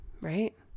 Right